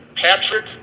Patrick